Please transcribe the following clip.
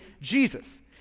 Jesus